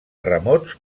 remots